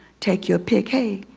take your pick. hey,